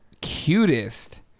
cutest